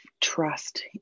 trust